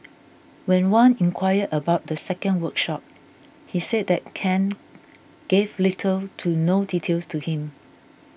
when Wan inquired about the second workshop he said that Ken gave little to no details to him